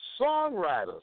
Songwriters